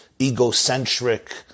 egocentric